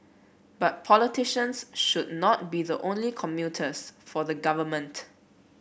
but politicians should not be the only communicators for the government